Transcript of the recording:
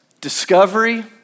discovery